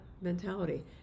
mentality